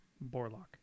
Borlock